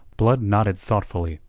blood nodded thoughtfully,